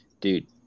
Dude